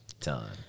time